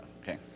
okay